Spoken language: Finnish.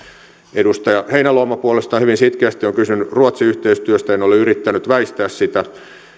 edustaja heinäluoma puolestaan hyvin sitkeästi on kysynyt ruotsi yhteistyöstä en ole yrittänyt väistää sitä